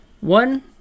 one